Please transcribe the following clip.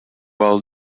all